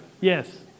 Yes